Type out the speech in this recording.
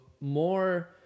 more